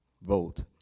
vote